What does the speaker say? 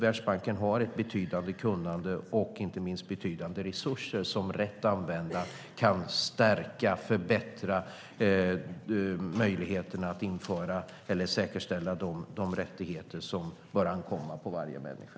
Världsbanken har betydande kunnande och inte minst betydande resurser som rätt använda kan stärka och förbättra möjligheterna att säkerställa de rättigheter som bör ankomma på varje människa.